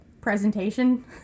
presentation